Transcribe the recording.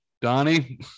donnie